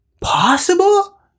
possible